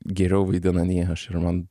geriau vaidina nei aš ir man